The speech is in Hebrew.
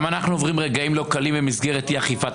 גם אנחנו עוברים רגעים לא קלים במסגרת אי-אכיפת